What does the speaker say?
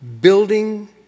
building